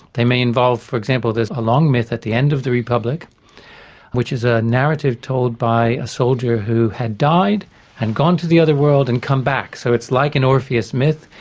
they may involve, for example, there's a long myth at the end of the republic which is a narrative told by a soldier who had died and gone to the other world and come back, so it's like an orpheus myth,